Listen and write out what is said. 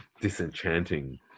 disenchanting